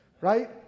right